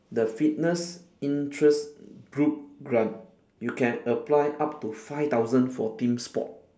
the fitness interest group grant you can apply up to five thousand for team sport